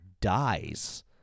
dies